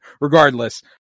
regardless